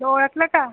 ओळखलं का